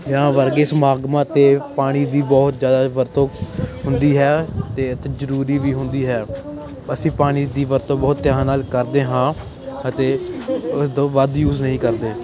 ਵਿਆਹਾਂ ਵਰਗੇ ਸਮਾਗਮਾਂ 'ਤੇ ਪਾਣੀ ਦੀ ਬਹੁਤ ਜ਼ਿਆਦਾ ਵਰਤੋਂ ਹੁੰਦੀ ਹੈ ਅਤੇ ਜ਼ਰੂਰੀ ਵੀ ਹੁੰਦੀ ਹੈ ਅਸੀਂ ਪਾਣੀ ਦੀ ਵਰਤੋਂ ਬਹੁਤ ਧਿਆਨ ਨਾਲ ਕਰਦੇ ਹਾਂ ਅਤੇ ਉਸ ਤੋਂ ਵੱਧ ਯੂਜ਼ ਨਹੀਂ ਕਰਦੇ